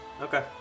Okay